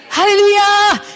Hallelujah